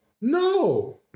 no